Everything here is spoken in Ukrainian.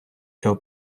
цього